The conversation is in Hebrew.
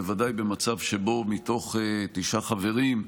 בוודאי, במצב שבו מתוך תשעה חברים,